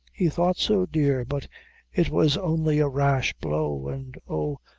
he thought so, dear but it was only a rash blow and oh,